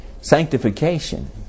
Sanctification